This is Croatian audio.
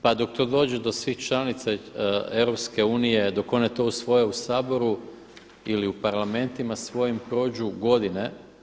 Pa dok to dođe do svih članica EU, dok one to usvoje u Saboru ili u Parlamentima svojim prođu godine.